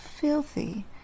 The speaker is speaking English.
filthy